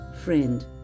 friend